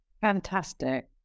Fantastic